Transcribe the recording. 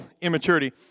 immaturity